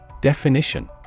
Definition